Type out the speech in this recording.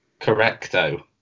Correcto